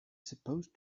supposed